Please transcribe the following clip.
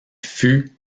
fut